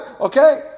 Okay